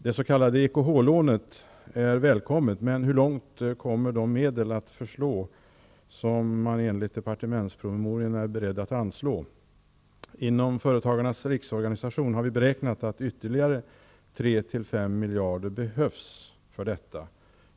Det s.k. EKH-lånet är välkommet. Men hur långt kommer de medel att förslå som man enligt departementspromemorian är beredd att anslå? Inom företagarnas riksorganisation har vi beräknat att ytterligare 3--5 miljarder behövs för detta.